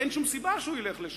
ואין שום סיבה שהוא ילך לשם.